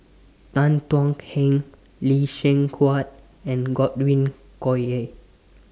Tan Thuan Heng Lee Seng Huat and Godwin Koay